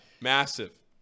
massive